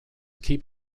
keep